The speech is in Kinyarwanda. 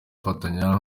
azafatanya